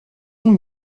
ont